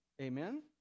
Amen